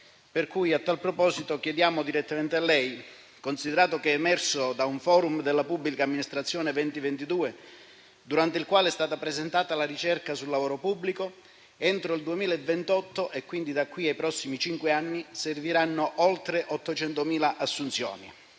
merito? Chiediamo quindi direttamente a lei, considerato che da un *forum* della pubblica amministrazione 2022, durante il quale è stata presentata la ricerca sul lavoro pubblico, è emerso che entro il 2028 - quindi, da qui ai prossimi cinque anni - serviranno oltre 800.000 assunzioni.